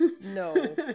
No